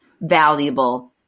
valuable